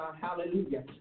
hallelujah